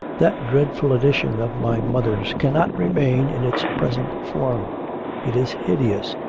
that dreadful addition of my mother's cannot remain in its present form it is hideous,